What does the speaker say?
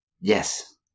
Yes